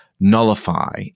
nullify